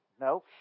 No